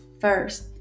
first